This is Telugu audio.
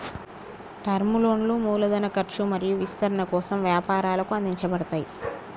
టర్మ్ లోన్లు మూలధన ఖర్చు మరియు విస్తరణ కోసం వ్యాపారాలకు అందించబడతయ్